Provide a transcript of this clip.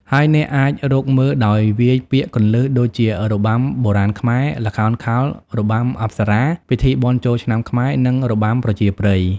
ហើយអ្នកអាចរកមើលដោយវាយពាក្យគន្លឹះដូចជា របាំបុរាណខ្មែរ ល្ខោនខោល របាំអប្សរា ពិធីបុណ្យចូលឆ្នាំខ្មែរ នឹង របាំប្រជាប្រិយ។